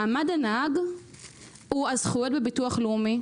מעמד הנהג הוא הזכויות בביטוח הלאומי,